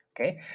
okay